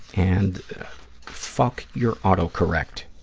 and fuck your auto-correct.